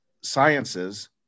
sciences